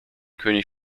könig